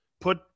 put